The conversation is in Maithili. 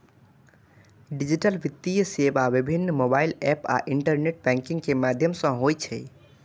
डिजिटल वित्तीय सेवा विभिन्न मोबाइल एप आ इंटरनेट बैंकिंग के माध्यम सं होइ छै